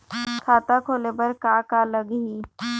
खाता खोले बर का का लगही?